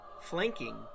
flanking